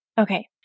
Okay